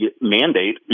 mandate